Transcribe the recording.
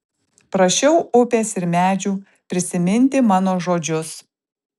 prašiau upės ir medžių prisiminti mano žodžius